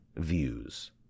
views